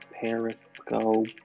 Periscope